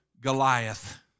Goliath